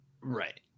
Right